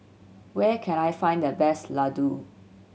where can I find the best Ladoo